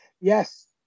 Yes